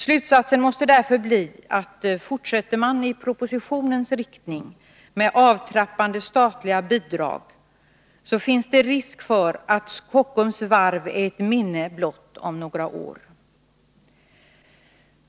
Slutsatsen måste därför bli, att om man fortsätter i propositionens riktning med avtrappande statliga bidrag så finns det risk för att Kockums varv är ett minne blott om några år.